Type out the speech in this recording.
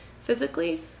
physically